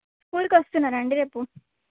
స్కూల్కి వస్తున్నారండి రేపు